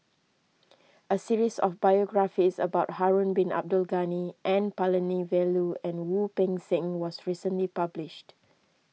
a series of biographies about Harun Bin Abdul Ghani N Palanivelu and Wu Peng Seng was recently published